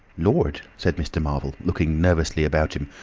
lord! said mr. marvel, looking nervously about him,